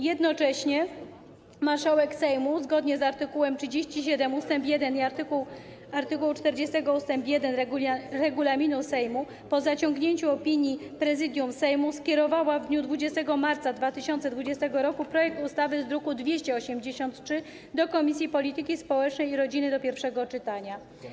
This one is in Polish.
Jednocześnie marszałek Sejmu, zgodnie z art. 37 ust 1 i art. 40 ust. 1 regulaminu Sejmu, po zasięgnięciu opinii Prezydium Sejmu, skierowała w dniu 20 marca 2020 r. projekt ustawy z druku nr 283 do Komisji Polityki Społecznej i Rodziny do pierwszego czytania.